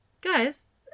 guys